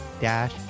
dash